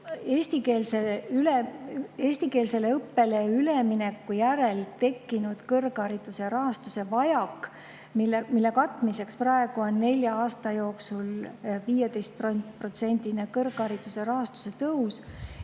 eestikeelsele õppele ülemineku järel tekkinud kõrghariduse rahastuse vajak, mille katmiseks praegu on nelja aasta jooksul 15%-line kõrghariduse rahastuse tõus,